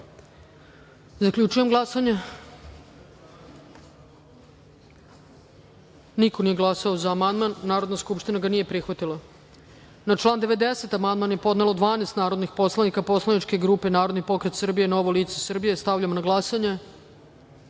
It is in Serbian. amandman. Zaključujem glasanje: niko nije glasao za amandman. Narodna skupština ga nije prihvatila. Na član 90. amandman je podnelo 12 narodnih poslanika poslaničke grupe Narodni pokret Srbije – Novo lice Srbije. Stavljam na glasanje